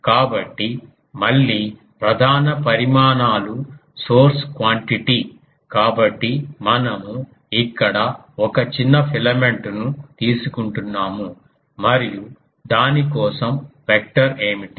కాబట్టి మళ్ళీ ప్రధాన పరిమాణాలు సోర్స్ క్వాంటిటీ కాబట్టి మనము ఇక్కడ ఒక చిన్న ఫిలమెంట్ ను తీసుకుంటున్నాము మరియు దాని కోసం వెక్టర్ ఏమిటి